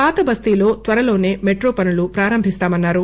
పాతబస్తీలో త్వరలోనే మెట్రో పనులు ప్రారంభిస్తామన్నారు